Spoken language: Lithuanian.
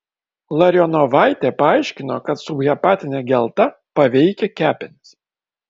larionovaitė paaiškino kad subhepatinė gelta paveikia kepenis